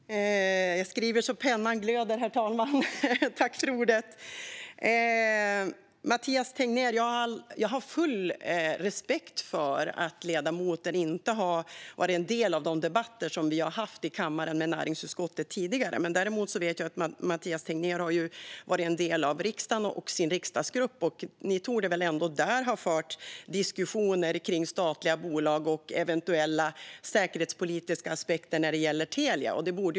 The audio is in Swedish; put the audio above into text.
Herr talman! Jag skriver så pennan glöder. Jag har full respekt för att ledamoten Mathias Tegnér inte har varit en del av de debatter som vi i näringsutskottet tidigare har haft i kammaren. Däremot vet jag att Mathias Tegnér har varit en del av riksdagen och sin riksdagsgrupp. Ni torde väl ändå där ha fört diskussioner om statliga bolag och eventuella säkerhetspolitiska aspekter när det gäller Telia.